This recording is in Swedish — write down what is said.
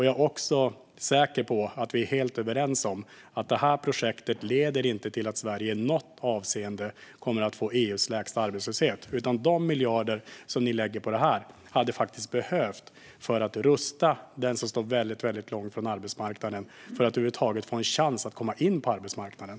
Jag är också säker på att vi är helt överens om att det här projektet inte leder till att Sverige i något avseende kommer att få EU:s lägsta arbetslöshet. De miljarder som ni lägger på det här hade faktiskt behövts för att rusta dem som står väldigt långt från arbetsmarknaden för att de över huvud taget ha en chans att komma in på arbetsmarknaden.